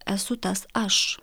esu tas aš